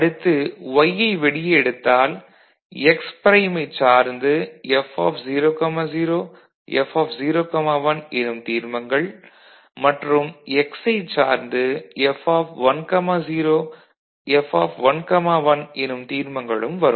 அடுத்து y ஐ வெளியே எடுத்தால் x ப்ரைம் ஐச் சார்ந்து F00 F01 எனும் தீர்மங்கள் மற்றும் x ஐச் சார்ந்து F10 F11 எனும் தீர்மங்களும் வரும்